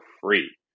free